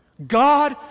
God